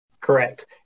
Correct